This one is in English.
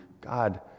god